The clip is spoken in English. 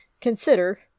consider